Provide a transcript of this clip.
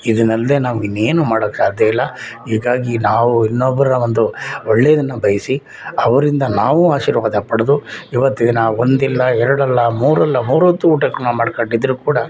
ಇದನ್ನಲ್ದೇ ನಾವು ಇನ್ನೇನು ಮಾಡೋಕೆ ಸಾಧ್ಯ ಇಲ್ಲ ಹೀಗಾಗಿ ನಾವು ಇನ್ನೊಬ್ಬರ ಒಂದು ಒಳ್ಳೆಯದನ್ನ ಬಯಸಿ ಅವರಿಂದ ನಾವು ಆಶೀರ್ವಾದ ಪಡೆದು ಈವತ್ತಿಗೆ ನಾವು ಒಂದಲ್ಲ ಎರಡಲ್ಲ ಮೂರಲ್ಲ ಮೂರೊತ್ತು ಊಟಕ್ಕೆ ನಾವು ಮಾಡ್ಕೊಂಡಿದ್ರೂ ಕೂಡ